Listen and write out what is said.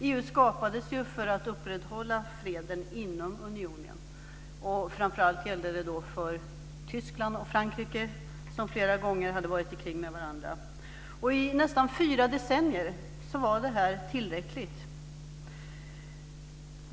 EU skapades ju för att upprätthålla freden inom unionen. Framför allt gällde det för Tyskland och Frankrike, som flera gånger hade varit i krig med varandra. I nästan fyra decennier var detta tillräckligt.